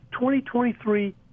2023